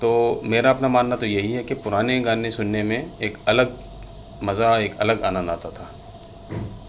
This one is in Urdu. تو میرا اپنا ماننا تو یہی ہے کہ پرانے گانے سننے میں ایک الگ مزہ ایک الگ آنند آتا تھا